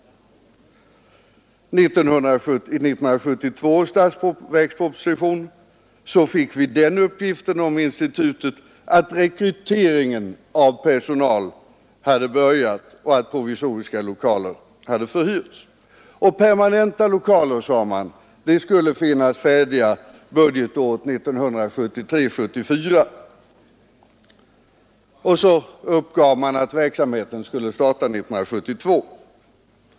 I 1972 års statsverksproposition fick vi den uppgiften om institutet att rekryteringen av personal hade börjat och att provisoriska lokaler hade förhyrts. Permanenta lokaler skulle finnas färdiga budgetåret 1973/74. Vidare uppgavs att verksamheten skulle starta år 1972.